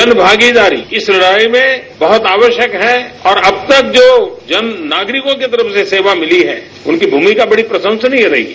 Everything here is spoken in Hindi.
जन भागीदारी इस लड़ाई में बहुत आवश्यक है और अब तक जो जन नागरिकों की तरफ से जो सेवा मिली है उनकी भूमिका बड़ी प्रशंसनीय रही है